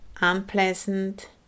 unpleasant